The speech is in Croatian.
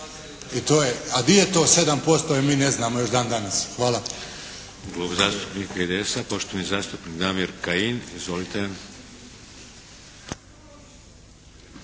a di je to 7% jer mi ne znamo još dan danas. Hvala.